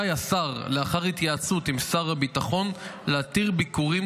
לאחר התייעצות עם שר הביטחון רשאי השר להתיר ביקורים